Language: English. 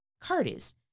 Curtis